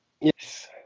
Yes